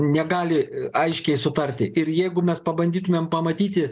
negali aiškiai sutarti ir jeigu mes pabandytumėm pamatyti